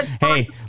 Hey